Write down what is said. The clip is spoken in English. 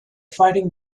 fighting